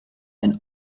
and